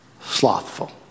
Slothful